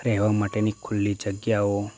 રહેવા માટેની ખૂલ્લી જગ્યાઓ